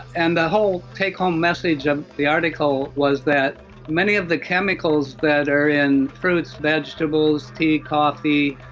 and the whole take-home message of the article was that many of the chemicals that are in fruits, vegetables, tea, coffee,